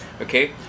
okay